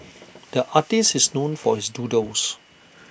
the artist is known for his doodles